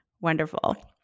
Wonderful